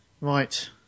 right